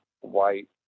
white